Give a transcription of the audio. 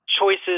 choices